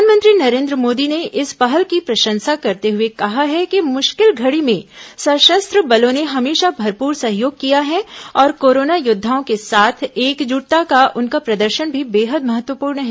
प्रधानमंत्री नरेन्द्र मोदी ने इस पहल की प्रशंसा करते हुए कहा है कि मुश्किल घड़ी में सशस्त्र बलों ने हमेशा भरपूर सहयोग किया है और कोरोना योद्वाओं के साथ एकजुटता का उनका प्रदर्शन भी बेहद महत्वपूर्ण है